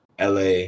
LA